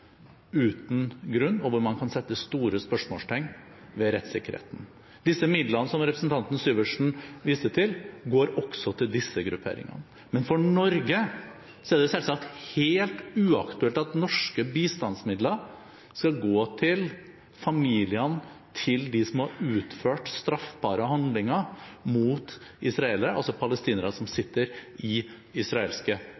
uten grunn, og hvor man kan sette store spørsmålstegn ved rettssikkerheten. Disse midlene som representanten Syversen viser til, går også til disse grupperingene. Men for Norge er det selvsagt helt uaktuelt at norske bistandsmidler skal gå til familiene til dem som har utført straffbare handlinger mot israelere, altså palestinere som